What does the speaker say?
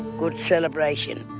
good celebration.